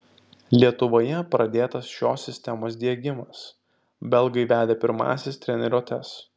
lietuvoje pradėtas šios sistemos diegimas belgai vedė pirmąsias treniruotes